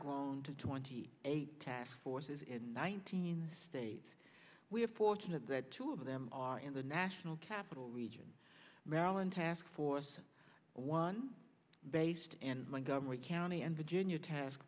grown to twenty eight task forces in nineteen states we are fortunate that two of them are in the national capital region maryland task force one based in my government county and virginia task